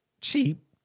cheap